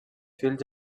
fills